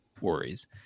worries